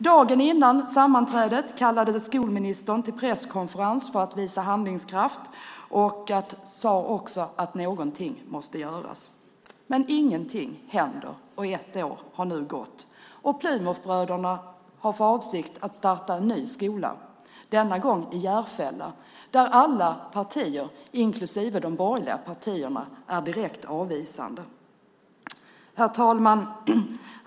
Dagen före sammanträdet kallade utbildningsministern till presskonferens för att visa handlingskraft. Han sade också att någonting måste göras. Men ingenting händer. Ett år har nu gått, och Plymouthbröderna har för avsikt att starta en ny skola - denna gång i Järfälla, där alla partier, inklusive de borgerliga, är direkt avvisande. Herr talman!